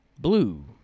blue